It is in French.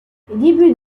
début